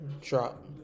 drop